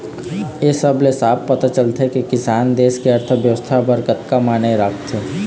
ए सब ले साफ पता चलथे के किसान देस के अर्थबेवस्था बर कतका माने राखथे